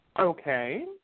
Okay